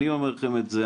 אני אומר לכם את זה,